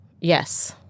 Yes